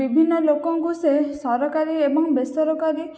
ବିଭିନ୍ନ ଲୋକଙ୍କୁ ସେ ସରକାରୀ ଏବଂ ବେସରକାରୀ